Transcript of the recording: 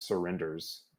surrenders